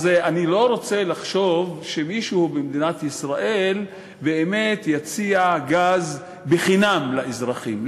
אז אני לא רוצה לחשוב שמישהו במדינת ישראל באמת יציע גז בחינם לאזרחים,